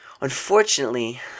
Unfortunately